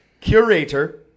Curator